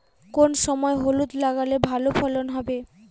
কোন সময় হলুদ লাগালে ভালো ফলন হবে?